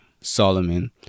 Solomon